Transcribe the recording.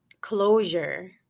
closure